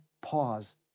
pause